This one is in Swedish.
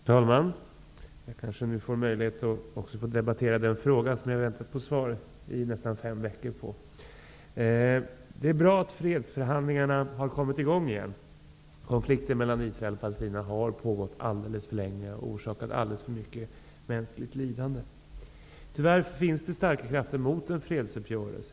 Herr talman! Jag kanske nu också får möjlighet att debattera den fråga som jag väntat på svar på i nästan fem veckor. Det är bra att fredsförhandlingarna har kommit i gång igen. Konflikten mellan Israel och Palestina har pågått alldeles för länge och orsakat alldeles för mycket mänskligt lidande. Tyvärr finns det starka krafter som är emot en fredsuppgörelse.